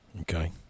Okay